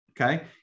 Okay